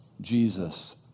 Jesus